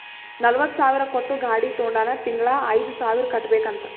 ನಲ್ವತ ಸಾವಿರ್ ಕೊಟ್ಟು ಗಾಡಿ ತೊಂಡಾನ ತಿಂಗಳಾ ಐಯ್ದು ಸಾವಿರ್ ಕಟ್ಬೇಕ್ ಅಂತ್